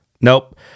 nope